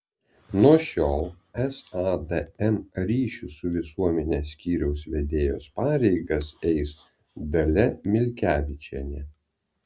nuo šiol sadm ryšių su visuomene skyriaus vedėjos pareigas eis dalia milkevičienė